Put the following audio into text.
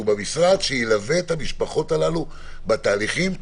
מהמשרד שילווה את המשפחות הללו בתהליכים.